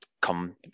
come